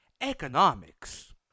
economics